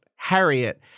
Harriet